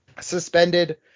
suspended